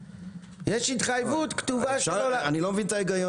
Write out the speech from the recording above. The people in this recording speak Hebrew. יש התחייבות כתובה שלו --- אני לא מבין את ההיגיון.